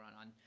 on